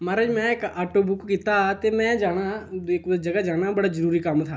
मा'राज में इक आटो बुक कीता हा ते में जाना हा में कुतै जगह् जाना हा बड़ा जरूरी कम्म हा